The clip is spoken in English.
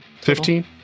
Fifteen